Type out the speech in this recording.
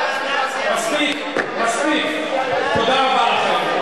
אתה, אתה, מספיק, מספיק, תודה רבה לכם.